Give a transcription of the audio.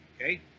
okay